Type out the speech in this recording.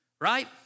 right